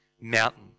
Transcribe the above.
mountain